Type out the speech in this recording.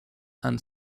and